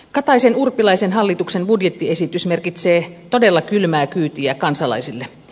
kataisen urpilaisen hallituksen budjettiesitys merkitsee todella kylmää kyytiä kansalaisille